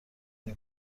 این